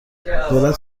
دولت